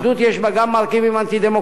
אחדות, יש בה גם מרכיבים אנטי-דמוקרטיים.